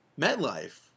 MetLife